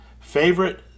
Favorite